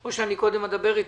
או שאני קודם אדבר איתם.